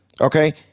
Okay